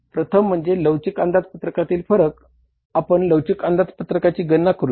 प्रथम म्हणजे लवचिक अंदाजपत्रकातील फरक आपण लवचिक अंदाजपत्रकाची गणना करूया